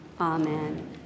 amen